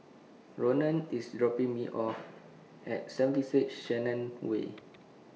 Ronan IS dropping Me off At seventy six Shenton Way